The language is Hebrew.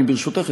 ברשותך,